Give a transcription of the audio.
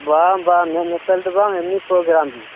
ᱵᱟᱝ ᱵᱟᱝ ᱢᱮᱫ ᱧᱮᱯᱮᱞ ᱫᱚ ᱵᱟᱝ ᱮᱢᱱᱤ ᱯᱨᱚᱜᱨᱟᱢ ᱜᱮ